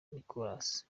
nicolas